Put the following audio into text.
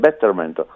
betterment